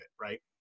right